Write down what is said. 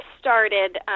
started